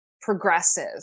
progressive